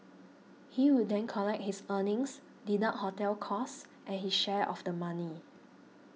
he will then collect his earnings deduct hotel costs and his share of the money